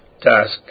task